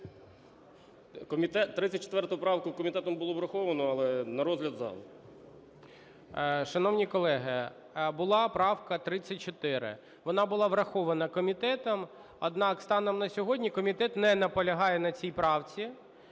34 правку комітетом було враховано. Але на розгляд залу. ГОЛОВУЮЧИЙ. Шановні колеги, була правка 34. Вона була врахована комітетом. Однак станом на сьогодні комітет не наполягає на цій правці.